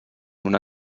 una